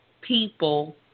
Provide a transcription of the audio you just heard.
people